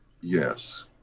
Yes